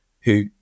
who-